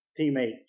teammate